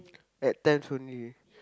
at times only